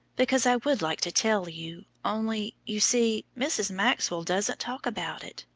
because i would like to tell you, only, you see, mrs. maxwell doesn't talk about it,